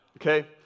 Okay